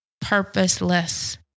purposeless